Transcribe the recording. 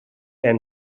and